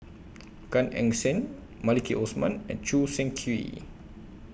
Gan Eng Seng Maliki Osman and Choo Seng Quee